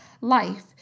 life